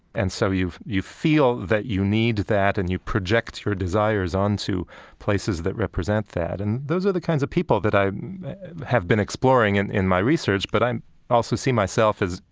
and so you feel that you need that and you project your desires onto places that represent that. and those are the kinds of people that i have been exploring and in my research, but i also see myself as,